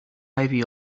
ivy